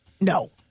No